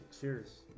Cheers